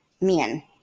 men